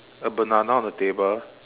a banana on the table